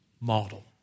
model